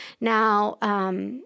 Now